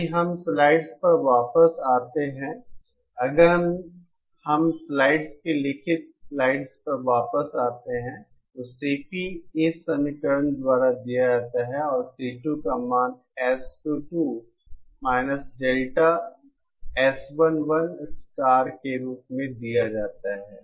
यदि हम स्लाइड्स पर वापस आते हैं अगर हम स्लाइड्स के लिखित स्लाइड्स पर वापस आते हैं तो CP इस समीकरण द्वारा दिया जाता है और C2 का मान S22 Delta S11 स्टार के रूप में दिया जाता है